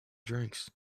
drinks